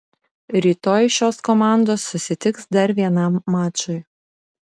rytoj šios komandos susitiks dar vienam mačui